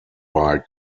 bike